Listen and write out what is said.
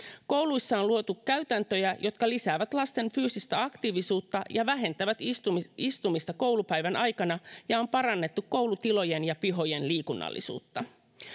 kouluissa on luotu käytäntöjä jotka lisäävät lasten fyysistä aktiivisuutta ja vähentävät istumista istumista koulupäivän aikana ja on parannettu koulutilojen ja pihojen liikunnallisuutta